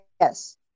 yes